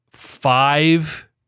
five